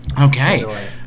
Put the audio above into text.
Okay